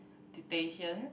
dictation